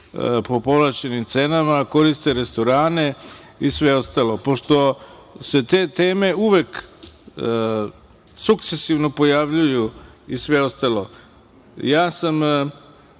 po povlašćenim cenama, koriste restorane i sve ostalo. Pošto se te teme uvek sukcesivno pojavljuju i sve ostalo, ja sam